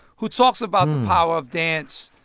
who talks about the power of dance,